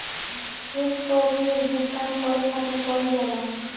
check कअ उपयोग भुगतान करे खातिर कईल जाला